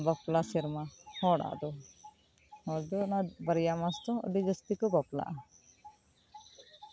ᱱᱤᱭᱟᱹ ᱠᱚᱫᱚ ᱵᱟᱯᱞᱟ ᱥᱮᱨᱢᱟ ᱦᱚᱲᱟᱜ ᱫᱚ ᱟᱫᱚ ᱚᱱᱟ ᱵᱟᱨᱭᱟ ᱢᱟᱥ ᱫᱚ ᱟᱹᱰᱤ ᱡᱟᱹᱥᱛᱤ ᱠᱚ ᱵᱟᱯᱞᱟᱜᱼᱟ